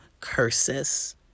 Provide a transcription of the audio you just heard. curses